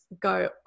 go